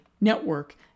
network